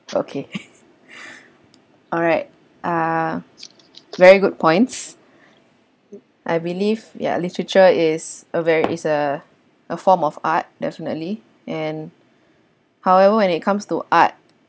okay alright uh very good points I believe ya literature is a very is a a form of art definitely and however when it comes to art